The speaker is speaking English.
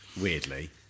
weirdly